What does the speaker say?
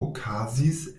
okazis